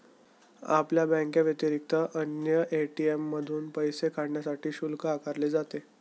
आपल्या बँकेव्यतिरिक्त अन्य ए.टी.एम मधून पैसे काढण्यासाठी शुल्क आकारले जाते